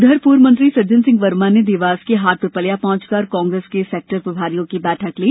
उधर पूर्व मंत्री सज्जन सिंह वर्मा ने देवास के हाटपिपलिया पहुँच कर कांग्रेस के सेक्टर प्रभारियो की बैठक ली